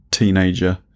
teenager